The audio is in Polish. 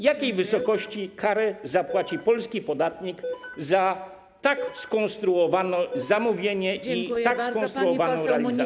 Jakiej wysokości karę zapłaci polski podatnik za tak skonstruowane zamówienie i tak skonstruowaną realizację?